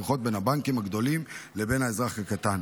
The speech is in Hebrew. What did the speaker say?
הכוחות בין הבנקים הגדולים לבין האזרח הקטן.